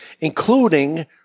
including